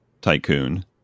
tycoon